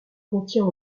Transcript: contient